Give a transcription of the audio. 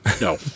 No